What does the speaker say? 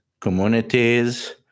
communities